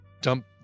dump